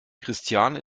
christiane